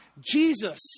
Jesus